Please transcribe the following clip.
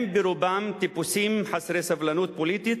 הם ברובם טיפוסים חסרי סבלנות פוליטית,